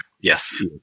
Yes